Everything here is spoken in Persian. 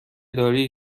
دارید